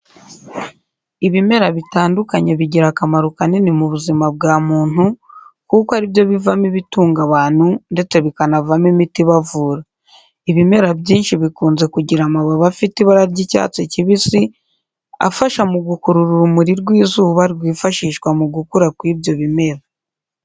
Ibimera bitandukanye bigira akamaro kanini mu buzima bwa muntu kuko ari byo bivamo ibitunga abantu ndetse bikanavamo imiti ibavura. Ibimera byinshi bikunze kugira amababi afite ibara ry'icyatsi kibisi afasha mu gukurura urumuri rw'izuba rwifashishwa mu gukura kw'ibyo bimera.